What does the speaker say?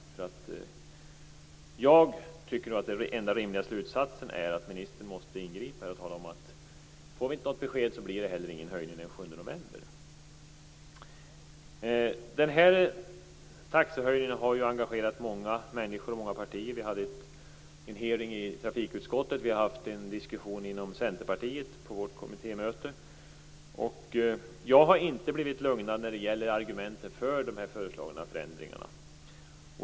Jag tycker att den enda rimliga slutsatsen är att ministern måste ingripa. Hon måste säga att om vi inte får något besked så blir det heller inte någon höjning den 7 november. Taxehöjningen har engagerat många människor och många partier. Vi hade en hearing i trafikutskottet, och vi har haft en diskussion inom Centerpartiet på vårt kommittémöte. Men jag har inte blivit lugnad av argumenten för de föreslagna förändringarna.